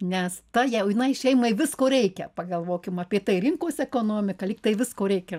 nes tai jaunai šeimai visko reikia pagalvokim apie tai rinkos ekonomika lyg tai visko reikia